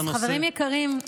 אז חברים יקרים,